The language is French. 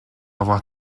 avoir